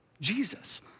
Jesus